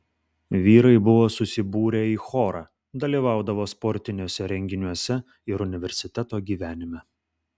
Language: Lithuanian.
vyrai buvo susibūrę į chorą dalyvaudavo sportiniuose renginiuose ir universiteto gyvenime